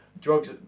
drugs